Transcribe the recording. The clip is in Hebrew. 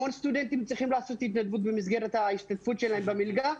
המון סטודנטים צריכים לעשות התנדבות במסגרת ההשתתפות שלהם במלגה.